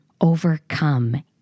overcome